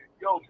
yo